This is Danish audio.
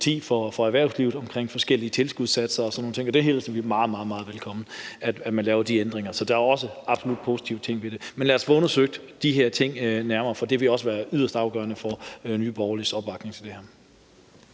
for erhvervslivet, hvad angår forskellige tilskudssatser og sådan nogle ting. Vi hilser det meget, meget velkommen, at man laver de ændringer. Så der er også absolut positive ting ved det. Men lad os få undersøgt de her ting nærmere, for det vil også være yderst afgørende for Nye Borgerliges opbakning til det her.